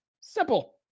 Simple